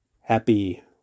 Happy